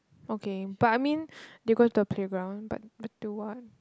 okay but I mean they go to a playground but but do what